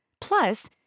Plus